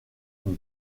uni